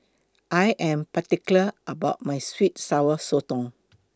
I Am particular about My Sweet and Sour Sotong